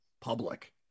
public